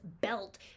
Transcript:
belt